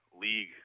league